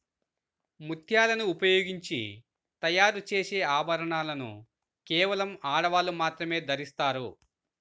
ముత్యాలను ఉపయోగించి తయారు చేసే ఆభరణాలను కేవలం ఆడవాళ్ళు మాత్రమే ధరిస్తారు